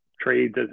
trades